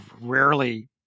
rarely